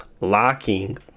locking